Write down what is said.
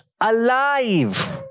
alive